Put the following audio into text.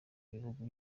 ibihugu